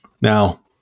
Now